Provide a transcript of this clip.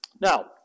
Now